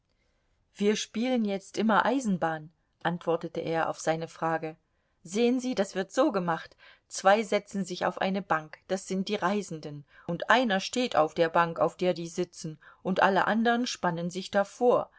wir spielen jetzt immer eisenbahn antwortete er auf seine frage sehen sie das wird so gemacht zwei setzen sich auf eine bank das sind die reisenden und einer steht auf der bank auf der die sitzen und alle anderen spannen sich davor